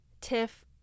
Tiff